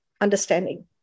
understanding